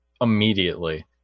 immediately